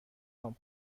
خوام